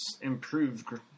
improved